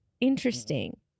interesting